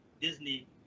Disney